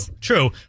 true